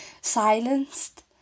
silenced